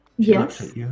Yes